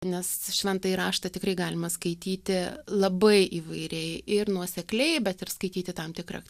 nes šventąjį raštą tikrai galima skaityti labai įvairiai ir nuosekliai bet ir skaityti tam tikrą